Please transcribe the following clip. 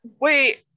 wait